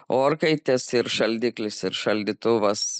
orkaitės ir šaldiklis ir šaldytuvas